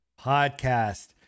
podcast